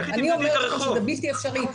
אני אומרת שזה בלתי אפשרי,